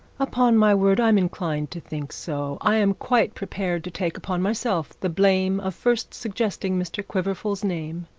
upon my word, i am inclined to think so. i am quite prepared to take upon myself the blame of first suggesting mr quiverful's name.